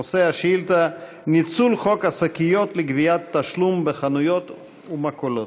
נושא השאילתה: ניצול חוק השקיות לגביית תשלום בחנויות ומכולות.